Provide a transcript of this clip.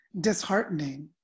disheartening